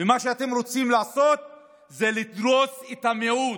ומה שאתם רוצים לעשות זה לדרוס את המיעוט.